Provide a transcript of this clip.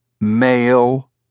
male